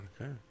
Okay